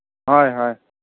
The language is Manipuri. ꯍꯣꯏ ꯍꯣꯏ